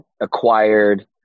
acquired